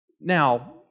Now